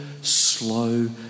slow